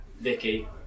Vicky